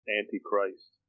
anti-Christ